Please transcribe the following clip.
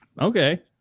Okay